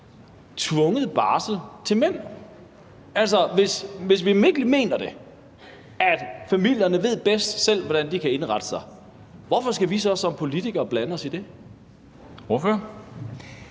tvunget barsel til mænd. Altså, hvis vi virkelig mener, at familierne bedst selv ved, hvordan de kan indrette sig, hvorfor skal vi så som politikere blande os i det?